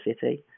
city